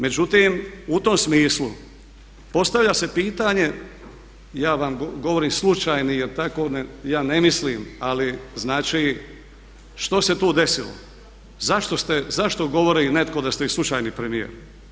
Međutim, u tom smislu postavlja se pitanje, i ja vam govorim slučajni jer tako ja ne mislim, ali znači što se tu desilo, zašto govori netko da ste vi slučajni premijer?